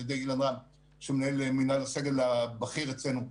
ידי אילן רם שהוא מנהל מינהל הסגל הבכיר אצלנו,